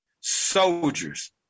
soldiers